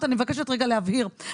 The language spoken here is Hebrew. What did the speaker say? אני נותן לכם צו 8, חבר'ה.